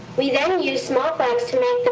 we then used small flags to make the